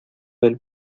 del